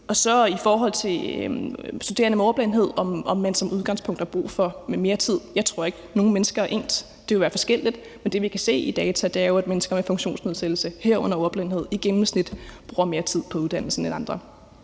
ærlig. I forhold til studerende med ordblindhed, og om de som udgangspunkt har brug for mere tid, vil jeg sige, at jeg ikke tror, nogen mennesker er ens. Det vil være forskelligt. Men det, vi kan se af data, er, at mennesker med funktionsnedsættelse, herunder ordblindhed, i gennemsnit bruger mere tid på uddannelsen end andre.